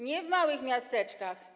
Nie w małych miasteczkach.